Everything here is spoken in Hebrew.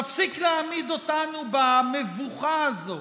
תפסיק להעמיד אותנו במבוכה הזו